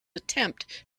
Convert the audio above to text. attempt